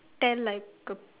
tell like a